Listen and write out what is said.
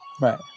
Right